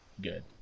good